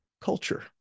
culture